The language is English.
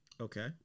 Okay